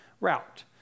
route